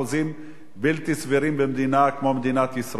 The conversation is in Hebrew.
בלתי סבירים במדינה כמו מדינת ישראל.